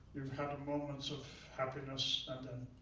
had moments of happiness. and then